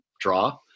draw